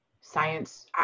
science